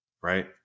Right